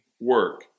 work